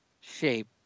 shape